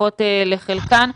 לפחות לחלקן.